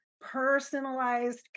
personalized